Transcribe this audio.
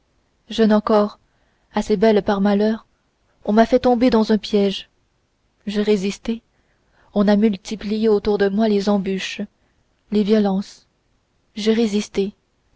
jeune encore assez belle par malheur on m'a fait tomber dans un piège j'ai résisté on a multiplié autour de moi les embûches les violences j'ai résisté